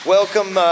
Welcome